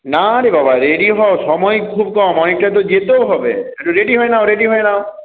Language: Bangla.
না রে বাবা রেডি হও সময় খুব কম অনেকটা তো যেতেও হবে রেডি হয়ে নাও রেডি হয়ে নাও